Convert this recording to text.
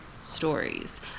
stories